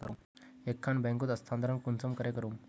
एक खान बैंकोत स्थानंतरण कुंसम करे करूम?